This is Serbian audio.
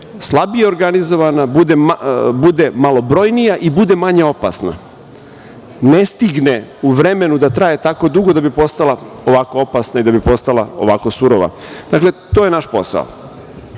slabije organizovana, bude malobrojnija i bude manje opasna. Ne stigne u vremenu da traje tako dugo da bi postala ovako opasna i ovako surova. Dakle, to je naš posao.